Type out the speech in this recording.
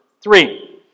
three